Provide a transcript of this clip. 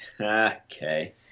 Okay